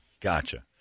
Gotcha